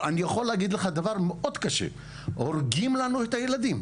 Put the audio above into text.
או אני יכול להגיד לך דבר מאוד קשה: הורגים לנו את הילדים.